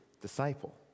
disciple